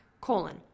Colon